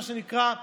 מה שנקרא,